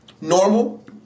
Normal